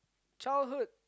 childhood